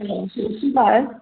hello ਸਤਿ ਸ਼੍ਰੀ ਅਕਾਲ